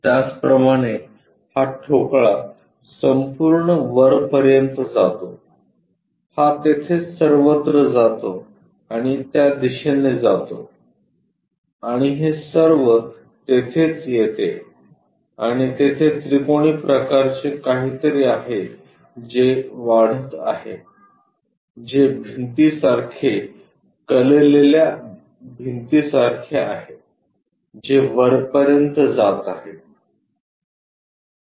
त्याचप्रमाणे हा ठोकळा संपूर्ण वरपर्यंत जातो हा तेथे सर्वत्र जातो आणि त्या दिशेने जातो आणि हे सर्व तेथेच येते आणि तेथे त्रिकोणी प्रकाराचे काहीतरी आहे जे वाढत आहे ते भिंतीसारखे कललेल्या भिंतीसारखे आहे जे वरपर्यंत जात आहे